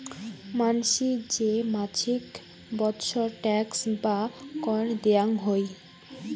মানসি যে মাছিক বৎসর ট্যাক্স বা কর দেয়াং হই